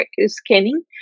scanning